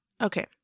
okay